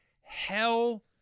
hell